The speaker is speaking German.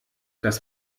das